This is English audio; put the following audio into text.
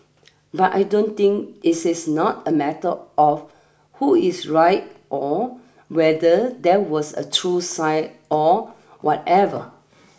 but I don't think this is not a matter of who is right or whether there was a true sign or whatever